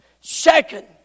Second